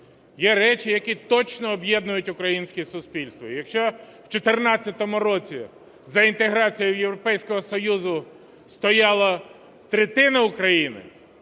Є речі, які точно об'єднують українське суспільство. Якщо в 14-му році за інтеграцію до Європейського Союзу стояла третина України,